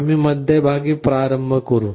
आपण मध्यभागी प्रारंभ करु